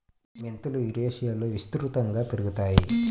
మెంతులు యురేషియాలో విస్తృతంగా పెరుగుతాయి